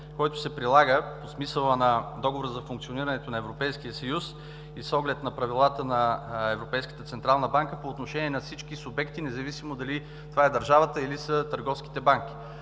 които се прилагат по смисъла на Договора за функционирането на Европейския съюз и с оглед на правилата на Европейската централна банка по отношение на всички субекти, независимо дали това е държавата, или са търговските банки.